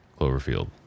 Cloverfield